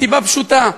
מסיבה פשוטה,